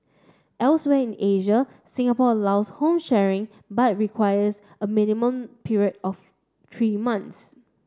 elsewhere in Asia Singapore allows home sharing but requires a minimum period of tree months